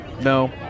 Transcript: no